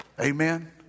Amen